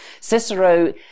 Cicero